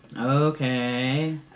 Okay